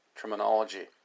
terminology